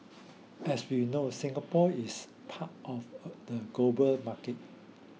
as we know Singapore is part of a the global market